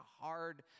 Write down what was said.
hard